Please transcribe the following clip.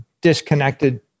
disconnected